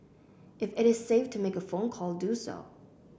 if it is safe to make a phone call do so